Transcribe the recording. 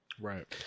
Right